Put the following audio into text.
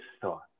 thought